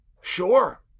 Sure